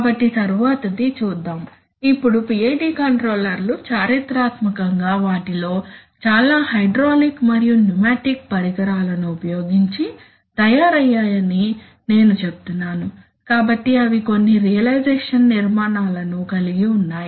కాబట్టి తరువాతది చూద్దాం ఇప్పుడు PID కంట్రోలర్లు చారిత్రాత్మకంగా వాటిలో చాలా హైడ్రాలిక్ మరియు న్యూమాటిక్ పరికరాలను ఉపయోగించి తయారయ్యాయని నేను చెప్తున్నాను కాబట్టి అవి కొన్ని రియలైజేషన్ నిర్మాణాలను కలిగి ఉన్నాయి